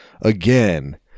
again